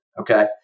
okay